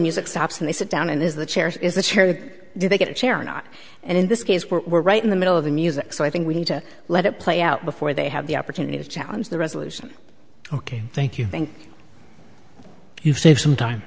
music stops and they sit down and is the chair is the chair the do they get a chair or not and in this case we're right in the middle of the music so i think we need to let it play out before they have the opportunity to challenge the resolution ok thank you thank you save some time